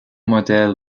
modèle